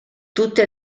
tutte